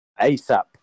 ASAP